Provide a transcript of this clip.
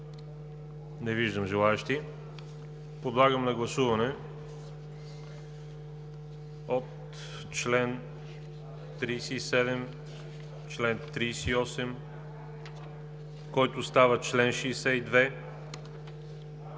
Не виждам желаещи. Подлагам на гласуване чл. 37, чл. 38, който става чл. 62,